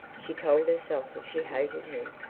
she told herself she hated him,